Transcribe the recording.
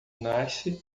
nasce